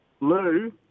Lou